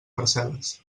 parcel·les